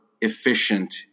efficient